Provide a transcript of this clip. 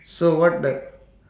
so what the